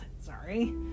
sorry